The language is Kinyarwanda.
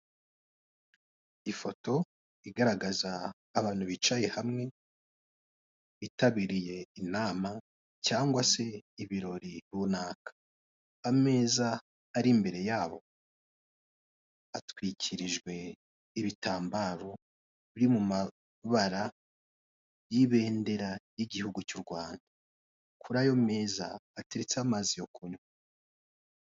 Ifoto igaragaza abantu bicaye hamwe, bitabiriye inama cyangwa se ibirori runaka. Ameza ari imbere yabo atwikirijwe ibitambaro biri mu mabara y'ibendera y'igihugu cy'u Rwanda. Kuri ayo meza hateretseho amazi yo kunywa.